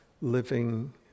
living